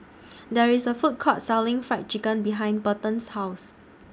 There IS A Food Court Selling Fried Chicken behind Burton's House